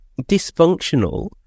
dysfunctional